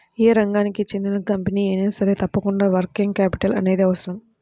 యే రంగానికి చెందిన కంపెనీ అయినా సరే తప్పకుండా వర్కింగ్ క్యాపిటల్ అనేది అవసరం